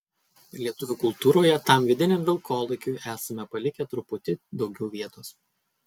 lietuvių kultūroje tam vidiniam vilkolakiui esame palikę truputį daugiau vietos